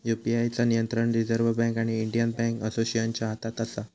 UPI चा नियंत्रण reserve bank आणि इंडियन बॅन्क असोसिएशनच्या हातात असा